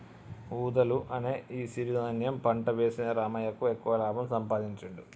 వూదలు అనే ఈ సిరి ధాన్యం పంట వేసిన రామయ్యకు ఎక్కువ లాభం సంపాదించుడు